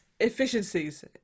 efficiencies